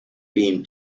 beam